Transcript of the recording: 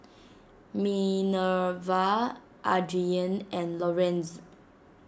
Minerva Adrien and Lorenz